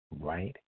right